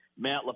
Matt